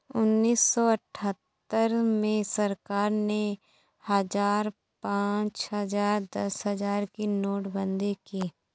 उन्नीस सौ अठहत्तर में सरकार ने हजार, पांच हजार, दस हजार की नोटबंदी की